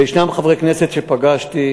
וישנם חברי כנסת שפגשתי.